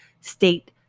state